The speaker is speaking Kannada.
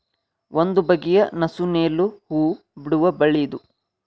ಒಂದು ಬಗೆಯ ನಸು ನೇಲು ಹೂ ಬಿಡುವ ಬಳ್ಳಿ ಇದು